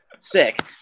sick